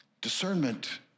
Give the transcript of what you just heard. Discernment